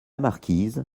marquise